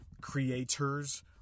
creators